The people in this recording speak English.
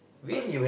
what